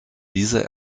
diese